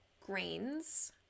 grains